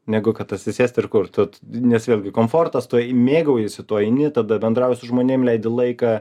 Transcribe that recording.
negu kad atsisėst ir kurti nes vėl gi komfortas tu mėgaujiesi tuo eini tada bendrauji su žmonėm leidi laiką